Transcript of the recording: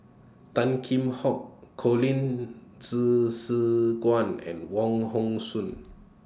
Tan Kheam Hock Colin Quan and Wong Hong Suen